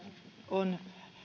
on